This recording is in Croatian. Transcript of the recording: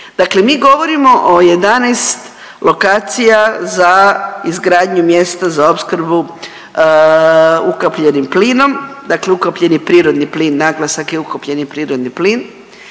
Dakle, mi govorimo o 11 lokacija za izgradnju mjesta za opskrbu ukapljenim plinom. Dakle, ukapljeni prirodni plin naglasak je ukapljeni prirodni plin.